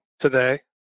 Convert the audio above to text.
today